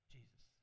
Jesus